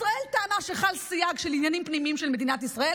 ישראל טענה שחל סייג של עניינים פנימיים של מדינת ישראל,